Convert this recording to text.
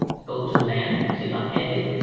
go to land click on edit